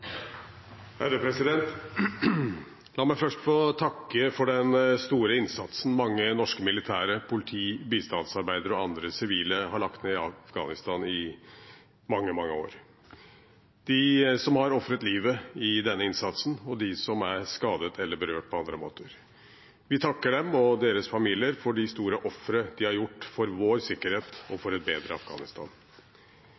La meg først få takke for den store innsatsen mange norske militære, politi, bistandsarbeidere og andre sivile har lagt ned i Afghanistan i mange, mange år – de som har ofret livet i denne innsatsen, og de som er skadet eller berørt på andre måter. Vi takker dem og deres familier for de store ofre de har gjort for vår sikkerhet og